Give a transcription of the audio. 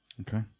Okay